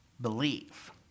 believe